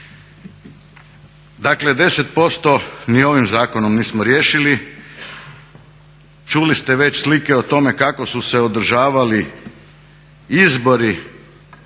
Dakle 10% ni ovim zakonom nismo riješili. Čuli ste već slike o tome kako su se održavali izbori